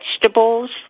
vegetables